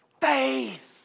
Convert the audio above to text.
Faith